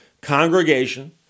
congregation